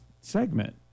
segment